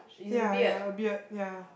ya ya a beard ya